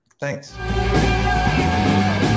Thanks